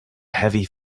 heavy